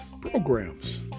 programs